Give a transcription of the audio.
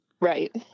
right